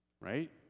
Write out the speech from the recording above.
right